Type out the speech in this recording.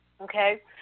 Okay